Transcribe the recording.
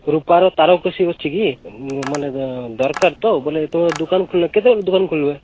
ରୂପାର ତାରକସି ଅଛି କି ମାନେ ଦରକାର ତ ବୋଲେ ତୁମେ ଦୋକାନ୍ ଖୋଲିବ କେତେବେଳେ ଦୋକାନ୍ ଖୋଲିବେ